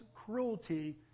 cruelty